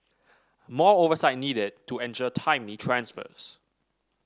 more oversight needed to ensure timely transfers